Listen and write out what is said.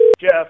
Jeff